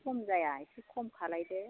खम जाया इसे खम खालामदो